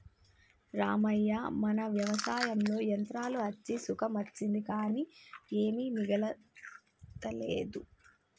రామవ్వ మన వ్యవసాయంలో యంత్రాలు అచ్చి సుఖం అచ్చింది కానీ ఏమీ మిగులతలేదు